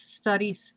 studies